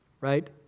right